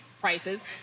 prices